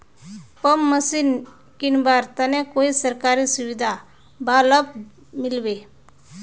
Pump machine किनवार तने कोई सरकारी सुविधा बा लव मिल्बी?